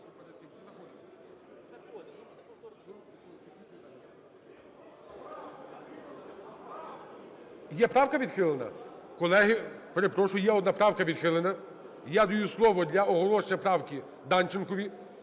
Є правка відхилена? Колеги, перепрошую, є одна правка відхилена. Я даю слово для оголошення правки Данченкові.